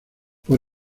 por